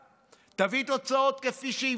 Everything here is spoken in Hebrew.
תביא תוצאות, כפי שהבטחת.